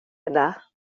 yna